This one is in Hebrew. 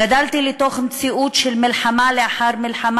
גדלתי לתוך מציאות של מלחמה לאחר מלחמה,